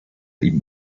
ihm